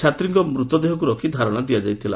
ଛାତ୍ରୀଙ୍କ ମୃତ ଦେହକୁ ରଖି ଧାରଶା ଦିଆଯାଇଥିଲା